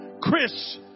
Chris